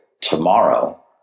tomorrow